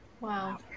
Wow